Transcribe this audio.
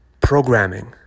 programming